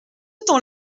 temps